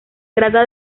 trata